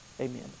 Amen